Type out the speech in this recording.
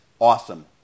awesome